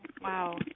wow